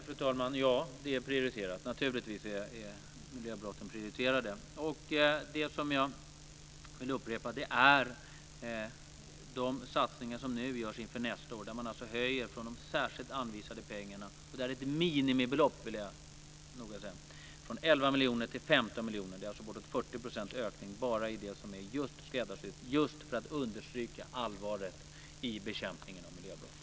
Fru talman! Ja, miljöbrotten är naturligtvis prioriterade. Det som jag vill upprepa är att det nu görs satsningar inför nästa år. De särskilt anvisade pengarna - det är minimibelopp, vill jag understryka - höjs från 11 miljoner till 15 miljoner. Det är alltså en ökning på bortåt 40 %, bara av det som är skräddarsytt just för att understryka allvaret i bekämpningen av miljöbrott.